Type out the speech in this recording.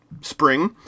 spring